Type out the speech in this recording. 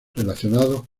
relacionados